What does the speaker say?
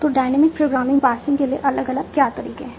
तो dynamic programming parsing के लिए अलग अलग क्या तरीके हैं